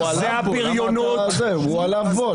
קריאה שנייה חבר הכנסת קרעי.